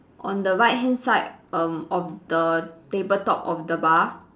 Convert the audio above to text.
on the right hand side um of the table top of the bar